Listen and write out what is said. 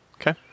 okay